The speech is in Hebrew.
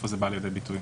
היכן זה בא לידי ביטוי.